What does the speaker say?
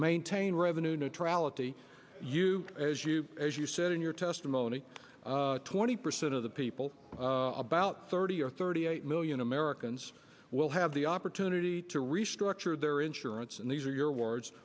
maintain revenue neutrality you as you as you said in your testimony twenty percent of the people about thirty or thirty eight million americans will have the opportunity to restructure their insurance and these are your words